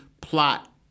plot